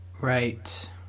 Right